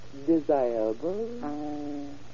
desirable